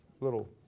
little